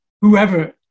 whoever